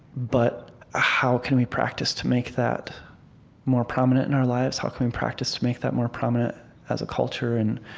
but how can we practice to make that more prominent in our lives? how can we practice to make that more prominent as a culture and